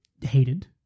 hated